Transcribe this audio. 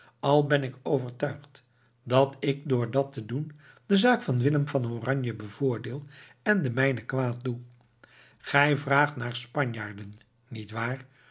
al ben ik overtuigd dat ik door dat te doen de zaak van willem van oranje bevoordeel en de mijne kwaad doe gij vraagt naar spanjaarden